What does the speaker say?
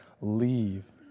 leave